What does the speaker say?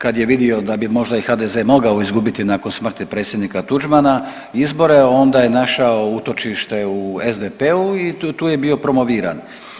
Kad je vidio da bi možda i HDZ mogao izgubiti nakon smrti predsjednika Tuđmana izbore onda je našao utočište u SDP-u i tu je bio promoviran.